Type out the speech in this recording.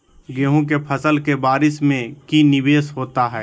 गेंहू के फ़सल के बारिस में की निवेस होता है?